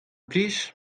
plij